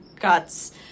guts